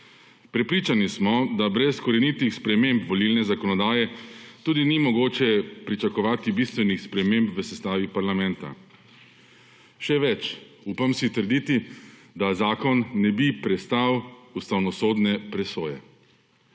Prepričani smo, da brez korenitih sprememb volilne zakonodaje tudi ni mogoče pričakovati bistvenih sprememb v sestavi parlamenta. Še več, upam si trditi, da zakon ne bi prestal ustavnosodne presoje.